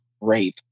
rape